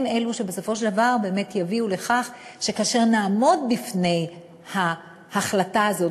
הם אלו שבסופו של דבר יביאו לכך שכאשר נעמוד בפני ההחלטה הזאת,